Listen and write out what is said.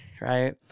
right